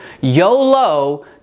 YOLO